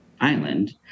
island